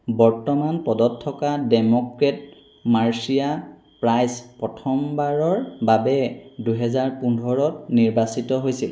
বৰ্তমান পদত থকা ডেম'ক্ৰেট মাৰ্চিয়া প্ৰাইচ প্ৰথমবাৰৰ বাবে দুহেজাৰ পোন্ধৰত নিৰ্বাচিত হৈছিল